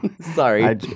sorry